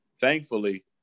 Thankfully